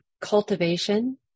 cultivation